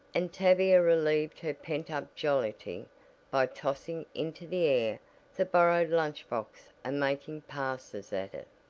and tavia relieved her pent-up jollity by tossing into the air the borrowed lunch box and making passes at it,